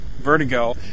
Vertigo